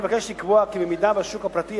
אני מבקש לקבוע כי במידה שהשוק הפרטי